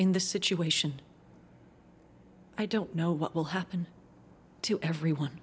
in the situation i don't know what will happen to everyone